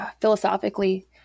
philosophically